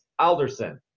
Alderson